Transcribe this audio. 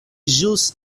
ĵus